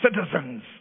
citizens